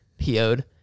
PO'd